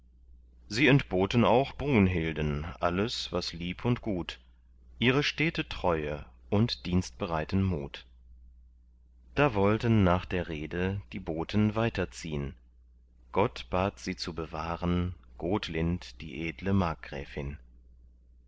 sie entboten auch brunhilden alles was lieb und gut ihre stete treue und dienstbereiten mut da wollten nach der rede die boten weiter ziehn gott bat sie zu bewahren gotlind die edle markgräfin